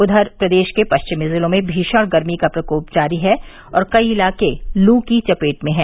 उधर प्रदेश के पश्चिमी जिलों में भीषण गर्मी का प्रकोप जारी है और कई इलाके लू की चपेट में हैं